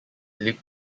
lake